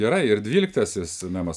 gerai ir dvyliktasis memas